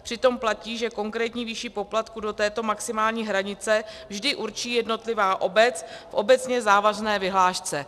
Přitom platí, že konkrétní výši poplatku do této maximální hranice vždy určí jednotlivá obec v obecně závazné vyhlášce.